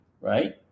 right